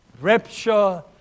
rapture